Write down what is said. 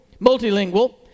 multilingual